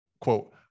quote